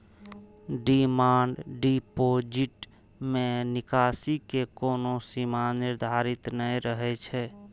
demand deposit मे निकासी के कोनो सीमा निर्धारित नै रहै छै